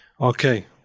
Okay